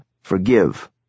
forgive